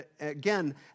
again